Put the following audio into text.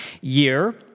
year